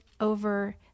over